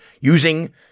using